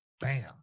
Bam